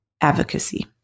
advocacy